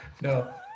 no